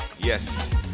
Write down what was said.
Yes